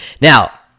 Now